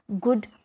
good